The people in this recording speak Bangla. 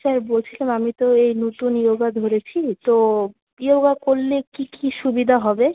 স্যার বলছিলাম আমি তো এই নতুন ইয়োগা ধরেছি তো ইয়োগা করলে কী কী সুবিধা হবে